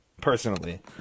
personally